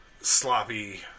sloppy